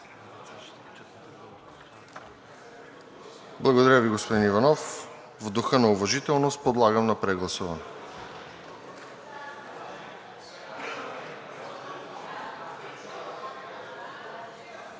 Благодаря Ви, господин Иванов. В духа на уважителност подлагам на прегласуване.